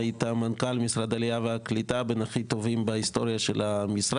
היית מנכ"ל משרד העלייה והקליטה בין הכי טובים בהיסטוריה של המשרד,